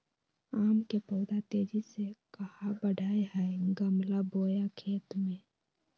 आम के पौधा तेजी से कहा बढ़य हैय गमला बोया खेत मे?